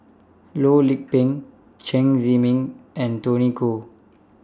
Loh Lik Peng Chen Zhiming and Tony Khoo